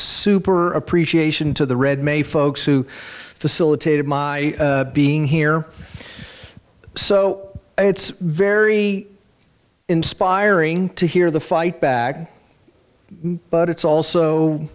super appreciation to the red may folks who facilitated my being here so it's very inspiring to hear the fight back but it's also